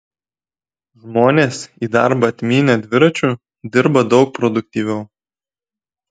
žmonės į darbą atmynę dviračiu dirba daug produktyviau